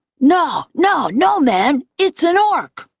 no, no, no, man. it's an orc!